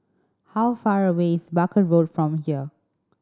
how far away is Barker Road from here